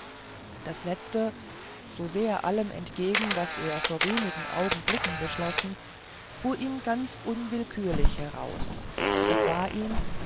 das letzte so sehr allem entgegen was er vor wenigen augenblicken beschlossen fuhr ihm ganz unwillkürlich heraus es war ihm